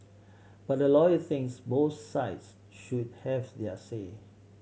but a lawyer thinks both sides should have their say